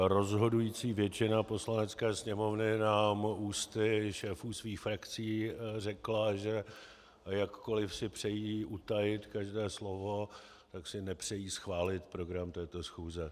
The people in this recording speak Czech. Rozhodující většina Poslanecké sněmovny nám ústy šéfů svých frakcí řekla, že jakkoliv si přejí utajit každé slovo, tak si nepřejí schválit program této schůze.